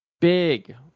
big